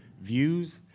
views